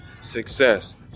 success